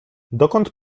dokąd